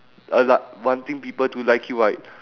uh like wanting people to like you right